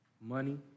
money